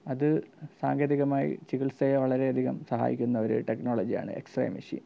അതു സാങ്കേതികമായി ചികിത്സയെ വളരെയധികം സഹായിക്കുന്നൊരു ടെക്നോളോജിയാണ് എക്സ് റേ മഷീൻ